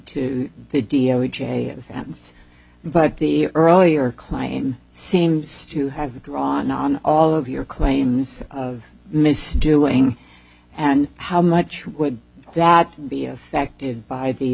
to the d o j of fans but the earlier claim seems to have drawn on all of your claims of misdoing and how much would that be affected by the